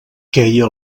queia